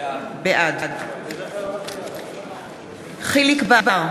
בעד יחיאל חיליק בר,